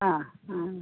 അ ആ